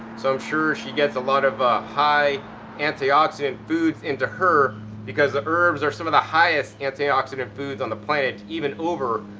so i'm sure she gets a lot of ah high anti-oxidant foods into her because the herbs are some of the highest anti-oxidant foods on the planet, even over,